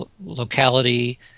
locality